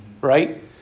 right